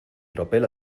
tropel